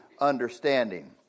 understanding